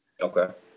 Okay